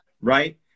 right